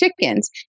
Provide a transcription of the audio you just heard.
chickens